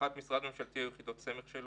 לארגון משרד ממשלתי או יחידות סמך שלו,